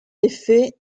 effet